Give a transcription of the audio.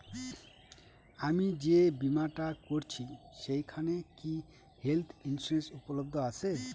আমি যে বীমাটা করছি সেইখানে কি হেল্থ ইন্সুরেন্স উপলব্ধ আছে?